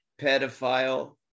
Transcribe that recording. pedophile